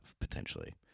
potentially